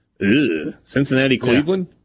Cincinnati-Cleveland